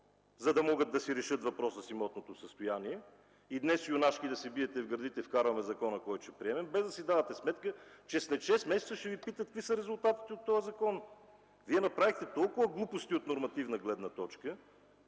за да могат да си решат въпроса с имотното състояние и днес юнашки да се биете в гърдите: „Вкарваме закона, който ще приемем!”, без да си давате сметка, че след шест месеца ще Ви питат какви са резултатите от този закон. Вие направихте толкова глупости от нормативна гледна точка,